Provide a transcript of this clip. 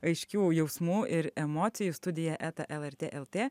aiškių jausmų ir emocijų studija eta lrt lt